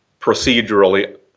procedurally